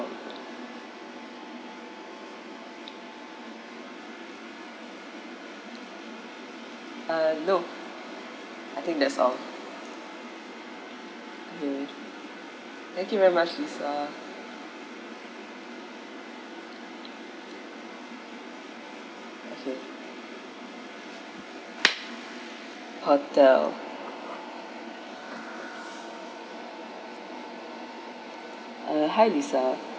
uh no I think that's all okay thank you very much lisa okay hotel hi lisa